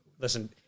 listen